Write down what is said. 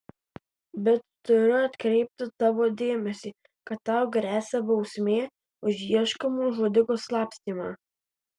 bet turiu atkreipti tavo dėmesį kad tau gresia bausmė už ieškomo žudiko slapstymą